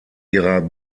ihrer